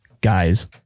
guys